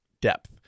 Depth